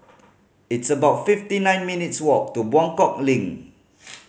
it's about fifty nine minutes' walk to Buangkok Link